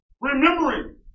remembering